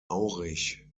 aurich